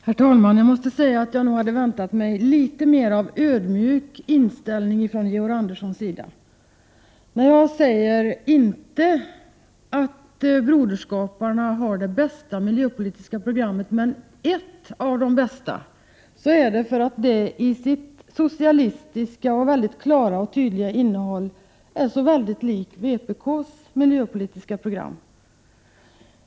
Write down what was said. Herr talman! Jag måste säga att jag nog hade väntat mig en något mer ödmjuk inställning från Georg Anderssons sida. Jag sade inte att broderskaparna har det bästa miljöpolitiska programmet utan ett av de bästa, därför att det till sitt socialistiska, mycket klara och tydliga innehåll är så likt vpk:s miljöpolitiska program.